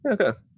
okay